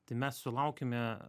tai mes sulaukiame